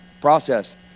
process